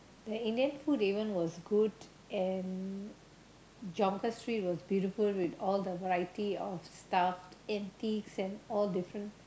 the Indian food even was good and Jonker Street was beautiful with all the variety of stuff antiques and all different